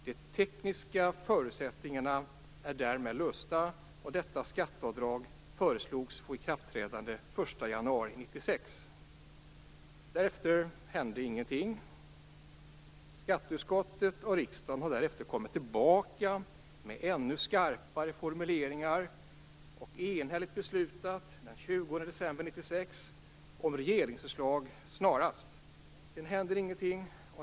De tekniska förutsättningarna är därmed lösta. Detta skatteavdrag föreslogs få ikraftträdande den 1 januari 1996. Därefter hände inget. Skatteutskottet och riksdagen har därefter kommit tillbaka med ännu skarpare formuleringar och enhälligt beslutat den 20 december 1996 om att be regeringen snarast komma med förslag. Sedan händer ingenting.